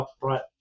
upfront